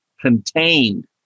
contained